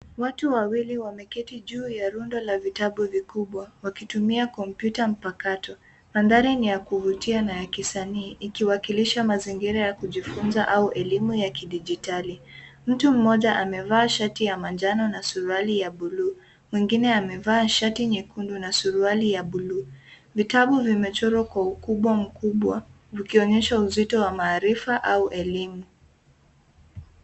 Watu wawili wameketi juu ya rundo la vitabu vikubwa, wakitumia kompyuta mpakato. Mandhari ni ya kuvutia na ya kisanii ikiwakilisha mazingira ya kujifunza au elimu ya kidijitali. Mtu mmoja amevaa shati ya manjano na suruali ya bluu. Mwingine amevaa shati nyekundu na suruali ya bluu. Vitabu vimechorwa kwa ukubwa mkubwa vikionyesha uzito wa maarifa au elimu.